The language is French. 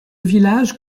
village